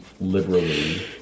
liberally